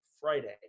Friday